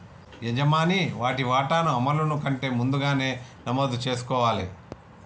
యజమాని వాటి వాటాను అమలును కంటే ముందుగానే నమోదు చేసుకోవాలి